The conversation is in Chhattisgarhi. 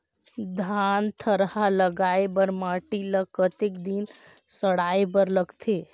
धान थरहा लगाय बर माटी ल कतेक दिन सड़ाय बर लगथे?